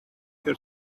your